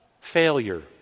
failure